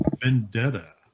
Vendetta